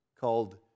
called